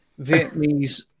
Vietnamese